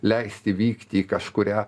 leisti vykti į kažkurią